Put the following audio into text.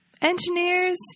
engineers